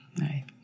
right